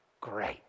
great